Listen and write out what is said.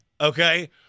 Okay